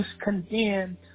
condemned